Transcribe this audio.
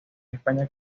españa